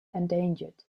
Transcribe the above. endangered